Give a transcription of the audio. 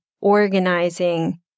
organizing